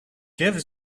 give